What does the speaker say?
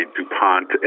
DuPont